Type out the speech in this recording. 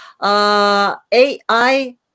AI